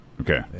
Okay